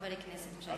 חבר הכנסת מגלי.